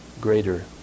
greater